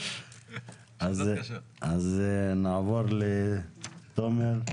אז נעבור לתומר.